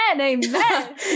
Amen